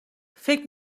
فکر